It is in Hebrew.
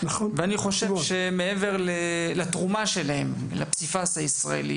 ואני חושב שמעבר לתרומה שלהם לפסיפס הישראלי